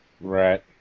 Right